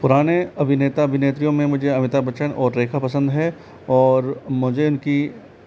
पुराने अभिनेता अभिनेत्रीयों में मुझे अमिताभ बच्चन और रेखा पसंद है और मुझे इनकी